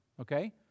okay